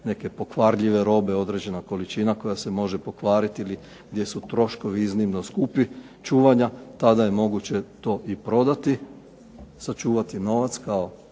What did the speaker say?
neke pokvarljive robe, određena količina koja se može pokvariti ili gdje su troškovi iznimno skupi, čuvanja tada je moguće to i prodati, sačuvati novac kao